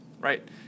right